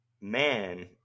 man